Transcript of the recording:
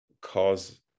cause